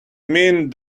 mean